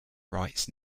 rights